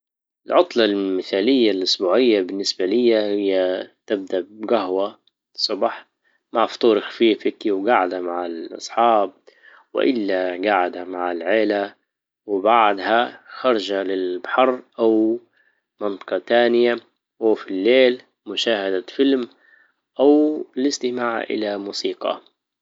العطلة المثالية الإسبوعية بالنسبة ليا هي تبدأ بجهوة صباح مع فطور خفيفك وجاعدة مع الاصحاب وإلا جعدة مع العيلة وبعدها خرجة للبحر او منطقة تانية وفي الليل مشاهدة فيلم او الاستماع الى موسيقى